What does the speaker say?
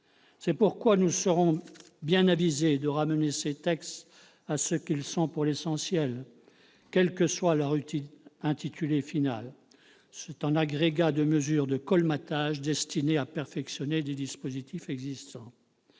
C'est pourquoi nous serions bien avisés de ramener ces textes à ce qu'ils sont pour l'essentiel, quel que soit leur intitulé final : un agrégat de mesures de colmatage destinées à perfectionner des dispositifs existants.